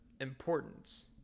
importance